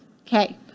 Okay